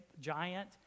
giant